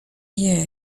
year